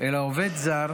אלא עובד זר